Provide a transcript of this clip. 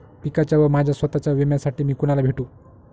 पिकाच्या व माझ्या स्वत:च्या विम्यासाठी मी कुणाला भेटू?